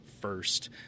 first